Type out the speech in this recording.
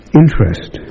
interest